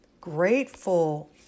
grateful